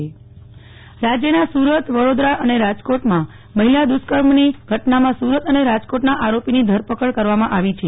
નેહલ ઠક્કર પ્રદિપસિંહ જાડેજા રાજ્યના સુરત વડોદરા અને રાજકોટમાં મહિલા દ્વષ્કર્મની ઘટનામાં સુરત અને રાજકોટના આરોપીની ધરપકડ કરવામાં આવી છે